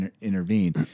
intervene